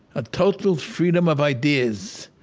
a total freedom of ideas,